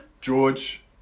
George